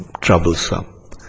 troublesome